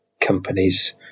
companies